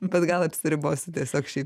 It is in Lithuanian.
bet gal apsiribosiu tiesiog šiaip